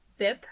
BIP